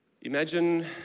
Imagine